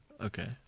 Okay